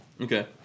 okay